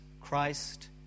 Christ